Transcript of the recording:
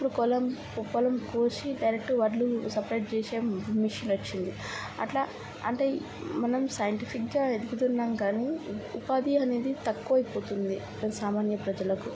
ఇప్పుడు పొలం పొలం కోసి డైరెక్ట్ వడ్లు సపరేట్ చేసే మెషిన్ వచ్చింది అట్లా అంటే మనం సైంటిఫిక్గా ఎదుగుతున్నాం కానీ ఊపాధి అనేది తక్కువ అయిపోతుంది సామాన్య ప్రజలకు